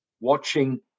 watching